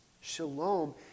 Shalom